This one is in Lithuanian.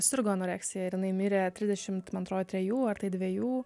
sirgo anoreksija ir jinai mirė trisdešimt man atrodo trejų ar dvejų